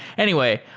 anyway,